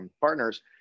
partners